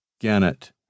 Gannett